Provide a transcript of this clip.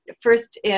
first